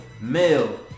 male